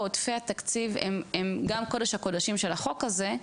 עודפי התקציב הם גם קודש הקודשים של החוק הזה,